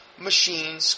machine